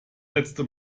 letzte